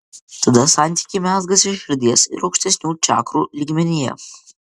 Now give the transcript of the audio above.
tada santykiai mezgasi širdies ir aukštesnių čakrų lygmenyje